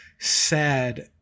sad